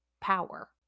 power